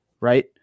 right